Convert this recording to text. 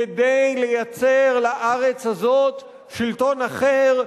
כדי לייצר לארץ הזאת שלטון אחר,